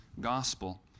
gospel